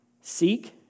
Seek